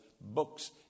books